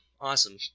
Awesome